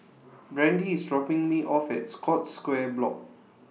Brandie IS dropping Me off At Scotts Square Block